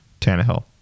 Tannehill